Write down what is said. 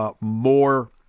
More